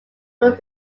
would